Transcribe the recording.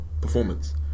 performance